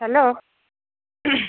hello